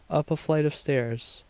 up a flight of stairs,